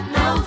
no